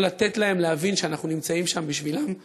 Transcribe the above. לא לתת להן להבין שאנחנו נמצאים שם בשבילן.